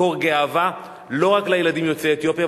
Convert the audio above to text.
מקור גאווה לא רק לילדים יוצאי אתיופיה,